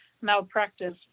malpractice